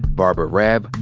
barbara raab,